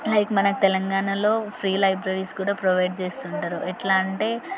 like మనకు తెలంగాణలో free libraries కూడా ప్రొవైడ్ చేస్తుంటారు ఎట్లా అంటే